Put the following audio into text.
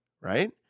right